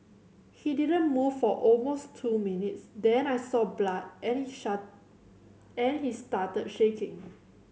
he didn't move for almost two minutes then I saw blood and shake and he started shaking